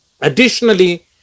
Additionally